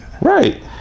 Right